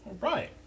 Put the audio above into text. right